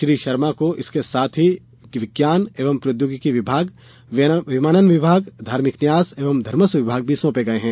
श्री शर्मा को इसके साथ ही विज्ञान एवं प्रौद्योगिकी विभाग विमानन विभाग धार्मिक न्यास एवं धर्मस्व विभाग भी सौंपे गए हैं